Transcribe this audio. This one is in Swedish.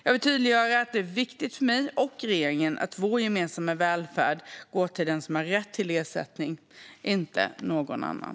Jag vill tydliggöra att det är viktigt för mig och regeringen att vår gemensamma välfärd går till den som har rätt till ersättning, inte till någon annan.